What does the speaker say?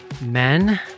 Men